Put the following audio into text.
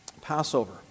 Passover